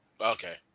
Okay